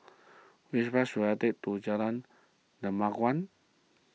which bus should I take to Jalan Dermawan